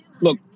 look